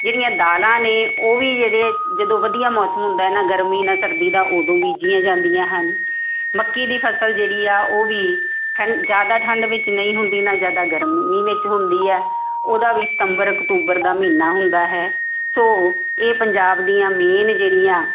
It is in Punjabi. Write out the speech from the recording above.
ਜਿਹੜੀਆਂ ਦਾਲਾਂ ਨੇ ਉਹ ਵੀ ਜਿਹੜੇ ਜਦੋਂ ਵਧੀਆ ਮੌਸਮ ਹੁੰਦਾ ਨਾ ਗਰਮੀ ਨਾ ਸਰਦੀ ਦਾ ਉਦੋਂ ਬੀਜੀਆਂ ਜਾਂਦੀਆਂ ਹਨ ਮੱਕੀ ਦੀ ਫਸਲ ਜਿਹੜੀ ਆ ਉਹ ਵੀ ਠੰ ਜ਼ਿਆਦਾ ਠੰਡ ਵਿੱਚ ਨਹੀਂ ਹੁੰਦੀ ਨਾ ਜ਼ਿਆਦਾ ਗਰਮੀ ਵਿੱਚ ਹੁੰਦੀ ਹੈ ਉਹਦਾ ਵੀ ਸਤੰਬਰ ਅਕਤੂਬਰ ਦਾ ਮਹੀਨਾ ਹੁੰਦਾ ਹੈ ਸੋ ਇਹ ਪੰਜਾਬ ਦੀਆਂ ਮੇਨ ਜਿਹੜੀਆਂ